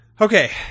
Okay